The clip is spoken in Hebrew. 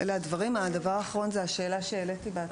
הדבר האחרון זה השאלה שהעליתי בהצעה.